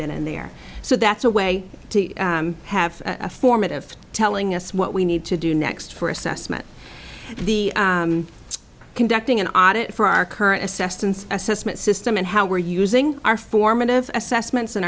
then and there so that's a way to have a formative telling us what we need to do next for assessment the conducting an audit for our current assessed and assessment system and how we're using our formative assessments